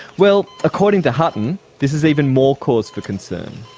well, according to hutton, this is even more cause for concern.